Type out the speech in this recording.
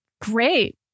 Great